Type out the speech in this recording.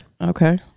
okay